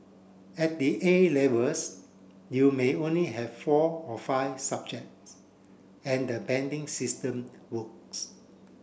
at the A Levels you may only have four or five subjects and the banding system works